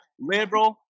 liberal